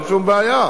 אין שום בעיה.